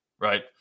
right